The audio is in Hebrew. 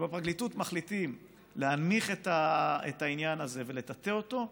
כשבפרקליטות מחליטים להנמיך את העניין הזה ולטאטא אותו,